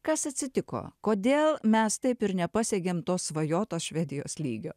kas atsitiko kodėl mes taip ir nepasiekėm to svajotos švedijos lygio